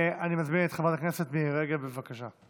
אני מזמין את חברת הכנסת מירי רגב, בבקשה.